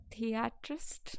theatrist